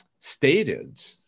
stated